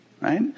Right